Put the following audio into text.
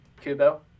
Kubo